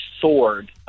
sword